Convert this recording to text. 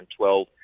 2012